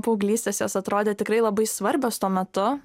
paauglystės jos atrodė tikrai labai svarbios tuo metu